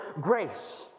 grace